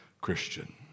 Christian